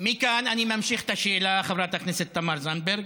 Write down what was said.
מכאן אני ממשיך את השאלה, חברת הכנסת תמר זנדברג.